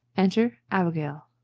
enter abigail.